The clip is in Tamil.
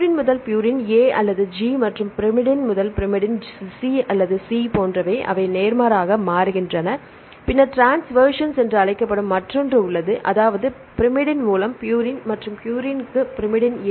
ப்யூரின் முதல் ப்யூரின் A அல்லது G மற்றும் பைரிமிடின் முதல் பைரிமிடின் C அல்லது C போன்றவை அவை நேர்மாறாக மாறுகின்றன பின்னர் டிரான்ஸ்வர்ஷன்ஸ் என்று அழைக்கப்படும் மற்றொன்று உள்ளது அதாவது பைரிமிடின் மூலம் ப்யூரின் மற்றும் பியூரிமினுக்கு பைரிமிடின்